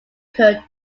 cured